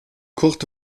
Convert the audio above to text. kurt